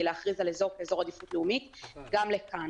להכריז על אזור כאזור עדיפות לאומית גם לכאן.